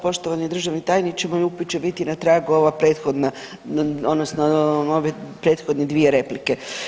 Poštovani državni tajniče moj upit će biti na tragu ova prethodna odnosno ove prethodne dvije replike.